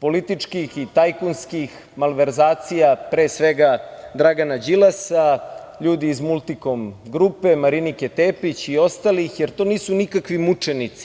političkih i tajkunskih malverzacija, pre svega, Dragana Đilasa, ljudi iz Multikom grupe, Marinike Tepić i ostalih, jer to nisu nikakvi mučenici.